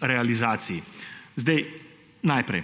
realizaciji. Najprej